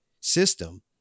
system